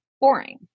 boring